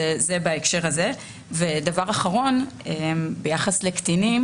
דבר אחרון ביחס לקטינים